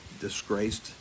disgraced